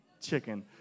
chicken